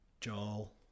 Joel